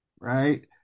right